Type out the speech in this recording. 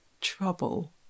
trouble